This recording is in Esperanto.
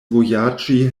vojaĝi